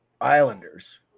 Islanders